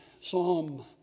Psalm